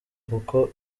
kuko